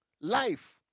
Life